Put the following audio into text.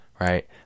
right